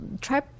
try